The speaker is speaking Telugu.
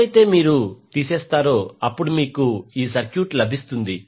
ఎప్పుడైతే మీరు తీసేస్తారో అప్పుడు మీకు ఈ సర్క్యూట్ లభిస్తుంది